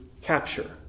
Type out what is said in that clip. capture